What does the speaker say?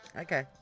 Okay